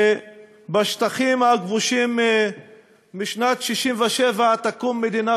ובשטחים הכבושים משנת 1967 תקום מדינה